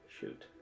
shoot